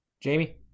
Jamie